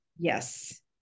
Yes